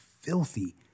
filthy